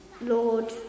Lord